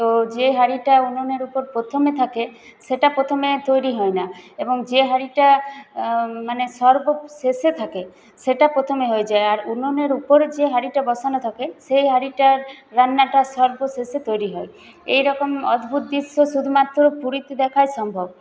তো যে হাঁড়িটা উনুনের উপর প্রথমে থাকে সেটা প্রথমে তৈরি হয়না এবং যে হাঁড়িটা মানে সর্বশেষে থাকে সেটা প্রথমে হয়ে যায় আর উনুনের ওপর যে হাঁড়িটা বসানো থাকে সেই হাঁড়িটা রান্নাটা সর্বশেষে তৈরি হয় এরকম অদ্ভুত দৃশ্য শুধুমাত্র পুরীতে দেখাই সম্ভব